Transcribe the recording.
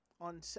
on